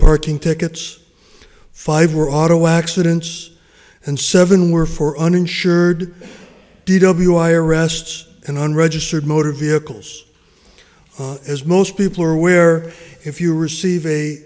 parking tickets five were auto accidents and seven were for uninsured d w i arrests and unregistered motor vehicles as most people are aware if you receive a